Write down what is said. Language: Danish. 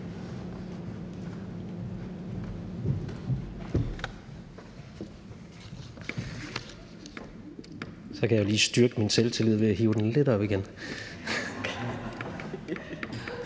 Så kan jeg jo lige styrke min selvtillid ved at hæve bordet lidt igen.